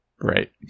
Right